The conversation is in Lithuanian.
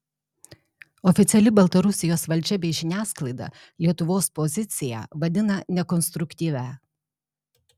oficiali baltarusijos valdžia bei žiniasklaida lietuvos poziciją vadina nekonstruktyvia